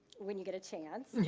when you get a chance,